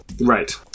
Right